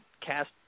cast